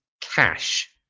Cash